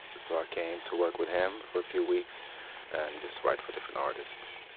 so i came to work with him for a few weeks and just write for different artists